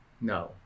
No